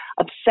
obsessed